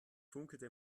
funkelte